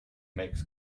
makes